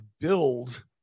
build